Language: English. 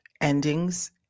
endings